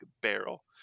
barrel